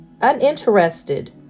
uninterested